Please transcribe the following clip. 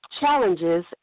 Challenges